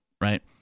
right